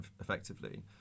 effectively